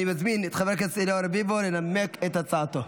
אני מזמין את חבר הכנסת אליהו רביבו לנמק את הצעתו.